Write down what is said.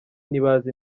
ntibazi